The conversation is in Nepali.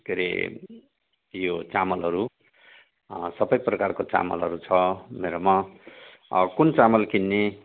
के रे यो चामलहरू सबै प्रकारको चामलहरू छ मेरोमा कुन चामल किन्ने